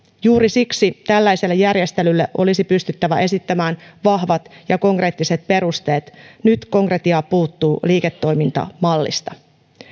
juuri siksi tällaiselle järjestelylle olisi pystyttävä esittämään vahvat ja konkreettiset perusteet nyt konkretia puuttuu liiketoimintamallista